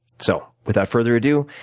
so without further ado,